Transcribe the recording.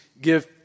give